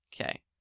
Okay